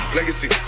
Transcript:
Legacy